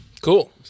Cool